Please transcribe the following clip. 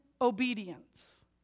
obedience